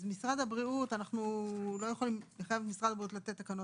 אז אנחנו לא יכולים לחייב את משרד הבריאות לתת תקנות.